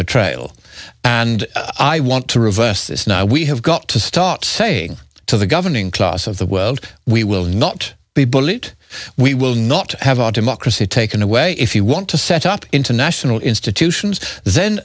betrayal and i want to reverse this now we have got to start saying to the governing class of the world we will not be bullied we will not have autumn ocracy taken away if you want to set up international institutions then